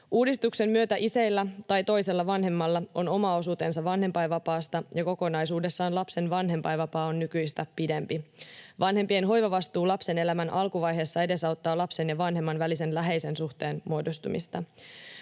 Uudistuksen myötä isällä tai toisella vanhemmalla on oma osuutensa vanhempainvapaasta ja kokonaisuudessaan lapsen vanhempainvapaa on nykyistä pidempi. Vanhempien hoivavastuu lapsen elämän alkuvaiheessa edesauttaa lapsen ja vanhemman välisen läheisen suhteen muodostumista.